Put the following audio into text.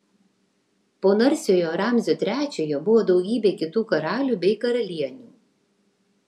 po narsiojo ramzio trečiojo buvo daugybė kitų karalių bei karalienių